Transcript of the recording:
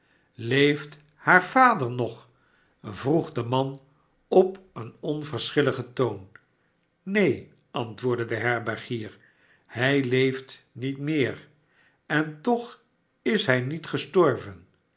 leeft haar vader nog vroeg de man op een onverschilligen toon neen antwoordde de herbergier hij leeft niet meer en toch is hij niet gestorven